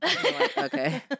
Okay